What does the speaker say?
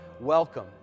welcome